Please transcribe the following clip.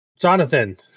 jonathan